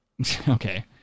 okay